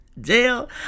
Jail